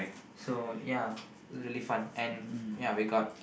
so ya really fun and ya we got